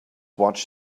watch